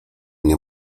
nie